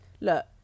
Look